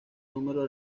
número